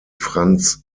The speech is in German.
franz